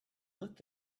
look